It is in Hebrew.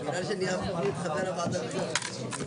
הנושא הוא גזענות ואלימות כלפי עולים חדשים.